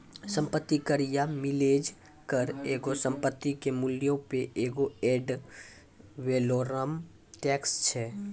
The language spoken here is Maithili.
सम्पति कर या मिलेज कर एगो संपत्ति के मूल्यो पे एगो एड वैलोरम टैक्स छै